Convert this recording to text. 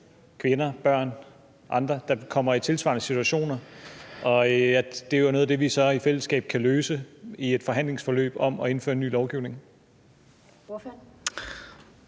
kvinder, børn eller andre, der kommer i tilsvarende situationer. Og det er jo noget af det, vi så i fællesskab kan løse i et forhandlingsforløb med henblik på at indføre ny lovgivning.